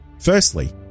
Firstly